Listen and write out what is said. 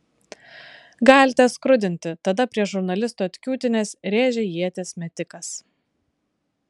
galite skrudinti tada prie žurnalistų atkiūtinęs rėžė ieties metikas